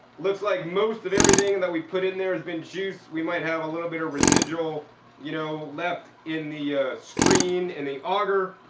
looks like most of everything that we put in there has been juiced. we might have a little bit residual you know left in the screen, in the auger.